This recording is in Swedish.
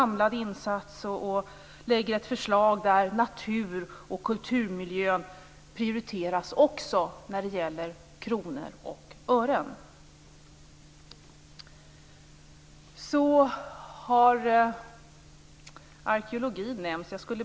Jag kanske måste försöka tänka positivt och se att regeringen verkligen menar någonting när den lyfter fram satsningar på kulturmiljön. Arkeologi har också nämnts.